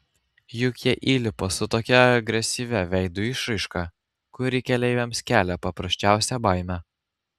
juk jie įlipa su tokia agresyvia veido išraiška kuri keleiviams kelia paprasčiausią baimę